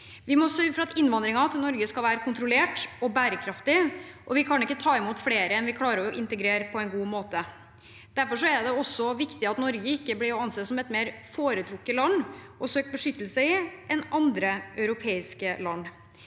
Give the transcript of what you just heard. Vi må sørge for at innvandringen til Norge skal være kontrollert og bærekraftig. Vi kan ikke ta imot flere enn vi klarer å integrere på en god måte. Det er også viktig at Norge ikke blir å anse som et mer foretrukket land å søke beskyttelse i enn andre europeiske land.